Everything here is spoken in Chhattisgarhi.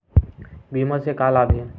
बीमा से का लाभ हे?